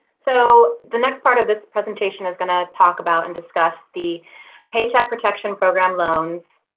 so the next part of this presentation is going to talk about and discuss the paycheck protection program loans,